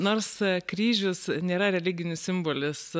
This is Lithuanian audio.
nors kryžius nėra religinis simbolis